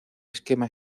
esquema